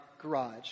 garage